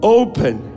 open